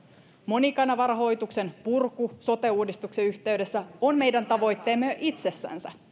monikanavarahoituksen purku sote uudistuksen yhteydessä on meidän tavoitteemme itsessänsä